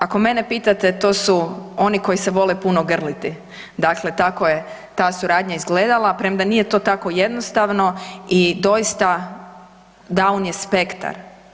Ako mene pitate to su oni koji se vole puno grliti, dakle tako je ta suradnja izgledala premda nije to tako jednostavno i doista down je spektar.